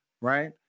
right